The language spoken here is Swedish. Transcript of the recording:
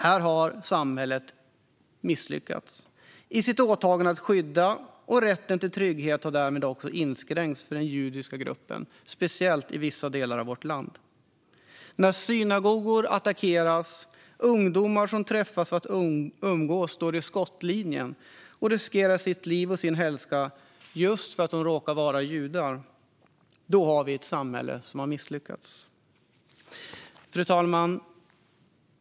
Här har samhället misslyckats i sitt åtagande att skydda. Rätten till trygghet har därmed också inskränkts för den judiska gruppen, speciellt i vissa delar av vårt land. När synagogor attackeras, när ungdomar som träffas för att umgås står i skottlinjen och riskerar sitt liv och sin hälsa just för att de råkar vara judar, då har vi ett samhälle som har misslyckats. Fru talman!